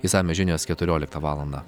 išsamios žinios keturioliktą valandą